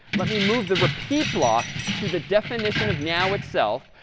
let me move the repeat block to the definition of meow itself.